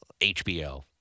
HBO